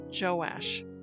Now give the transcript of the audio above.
Joash